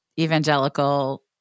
evangelical